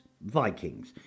Vikings